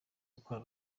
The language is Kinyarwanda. gukora